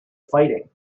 fighting